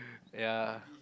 ya